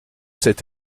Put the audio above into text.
cet